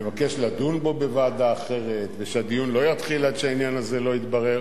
לבקש לדון בו בוועדה אחרת ושהדיון לא יתחיל עד שהעניין הזה לא יתברר.